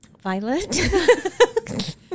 Violet